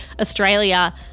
Australia